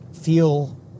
feel